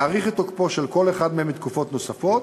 להאריך את תוקפו של כל אחד מהם בתקופות נוספות,